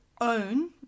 own